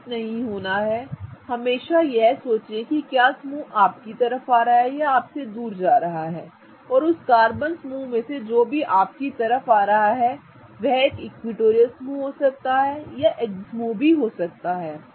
भ्रमित मत हो हमेशा यह सोचें कि क्या समूह आपकी ओर आ रहा है या आपसे दूर जा रहा है और उस कार्बन समूह में से जो भी आपकी ओर आ रहा है वह एक इक्विटोरियल समूह हो सकता है यह एक एक्सियल समूह हो सकता है